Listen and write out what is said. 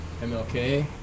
MLK